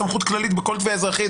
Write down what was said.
זאת סמכות כללית בכל תביעה אזרחית.